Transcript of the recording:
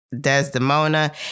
Desdemona